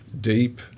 deep